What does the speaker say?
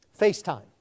FaceTime